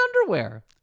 underwear